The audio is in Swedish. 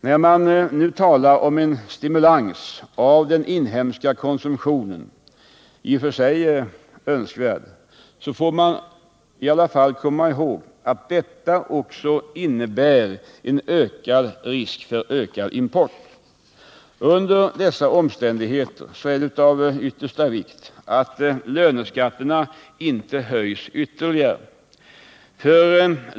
När man nu talar om en stimulans av den inhemska konsumtionen — i och för sig önskvärd — får man komma ihåg att detta också innebär risker för ökad import. Under dessa omständigheter är det av yttersta vikt att löneskatterna inte höjs ytterligare.